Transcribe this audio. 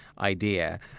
idea